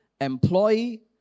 employee